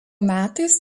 metais